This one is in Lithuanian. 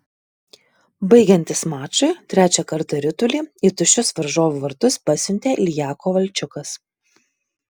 baigiantis mačui trečią kartą ritulį į tuščius varžovų vartus pasiuntė ilja kovalčiukas